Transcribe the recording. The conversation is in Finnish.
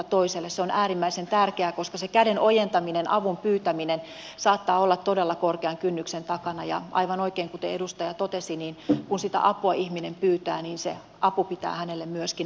se on äärimmäisen tärkeää koska se käden ojentaminen avun pyytäminen saattaa olla todella korkean kynnyksen takana ja aivan oikein kuten edustaja totesi kun sitä apua ihminen pyytää niin se apu pitää hänelle myöskin antaa